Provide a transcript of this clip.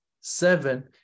seven